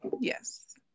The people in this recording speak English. yes